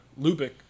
Lubick